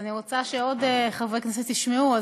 אז אני רוצה שעוד חברי כנסת ישמעו,